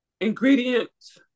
ingredients